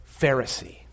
Pharisee